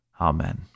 Amen